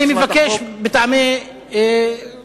אני מבקש politically correct,